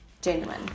genuine